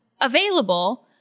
available